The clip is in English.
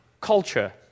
culture